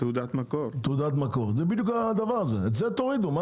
תורידו את זה.